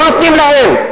לא נותנים להן.